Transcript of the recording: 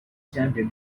champion